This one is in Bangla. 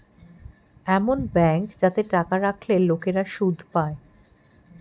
এমন ব্যাঙ্ক যাতে টাকা রাখলে লোকেরা সুদ পায়